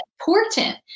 important